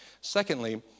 Secondly